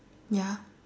ya